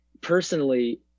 personally